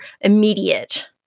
immediate